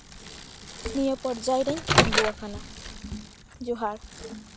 ᱱᱤᱭᱟᱹ ᱯᱚᱨᱡᱟᱭ ᱨᱤᱧ ᱛᱤᱸᱜᱩᱣᱟᱠᱟᱱᱟ ᱡᱚᱦᱟᱨ